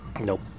Nope